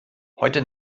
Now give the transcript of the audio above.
heute